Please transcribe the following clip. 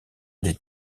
des